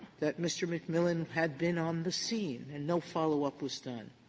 that mr. mcmillan had been on the scene and no follow-up was done.